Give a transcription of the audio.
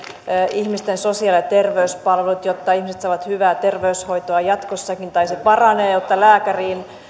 ihmisten sosiaali ja terveyspalvelut jotta ihmiset saavat hyvää terveyshoitoa jatkossakin tai se paranee jotta lääkäriin